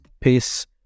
peace